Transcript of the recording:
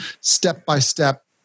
step-by-step